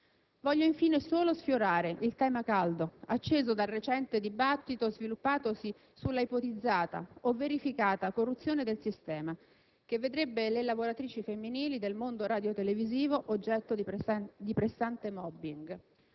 Voglio, infine, solo sfiorare il tema caldo, acceso dal recente dibattito sviluppatosi sull'ipotizzata o verificata corruzione del sistema, che vedrebbe le lavoratrici femminili del mondo radiotelevisivo oggetto di pressante*mobbing*.